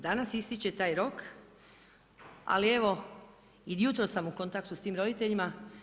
Danas ističe taj rok, ali evo i jutros sam u kontaktu s tim roditeljima.